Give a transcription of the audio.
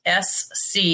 SC